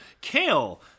Kale